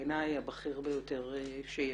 בעיניי הבכיר ביותר שיש.